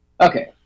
Okay